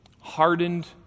hardened